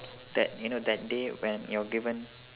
that you know that day when you're given